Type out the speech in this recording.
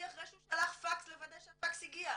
אחרי שהוא שלח פקס לוודא שהפקס הגיע?